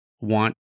want